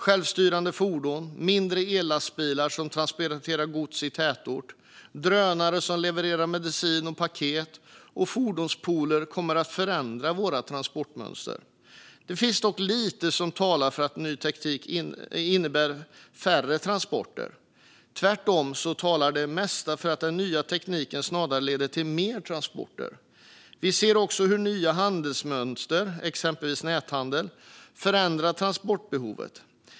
Självstyrande fordon, mindre ellastbilar som transporterar gods i tätort, drönare som levererar medicin och paket samt fordonspooler kommer att förändra våra transportmönster. Det finns dock lite som talar för att ny teknik innebär färre transporter. Tvärtom talar det mesta för att den nya tekniken snarare leder till mer transporter. Vi ser också hur nya handelsmönster, exempelvis näthandel, förändrar transportbehovet.